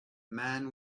man